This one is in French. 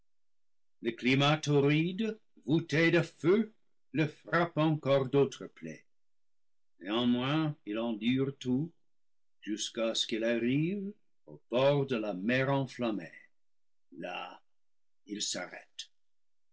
le climat torride voûté de feu le frappe encore d'autres plaies néanmoins il endure tout jusqu'à ce qu'il arrive au bord de la mer enflammée là il s'arrête